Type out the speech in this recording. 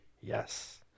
Yes